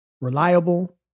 reliable